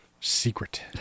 secret